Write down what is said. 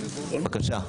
בבקשה.